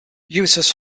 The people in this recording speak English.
uses